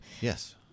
Yes